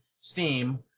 Steam